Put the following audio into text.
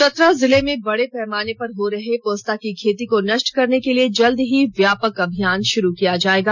चतरा जिले में बड़े पैमाने पर हो रहे पोस्ता की खेती को नश्ट करने के लिए जल्द ही व्यापक अभियान भाुरू किया जाएगा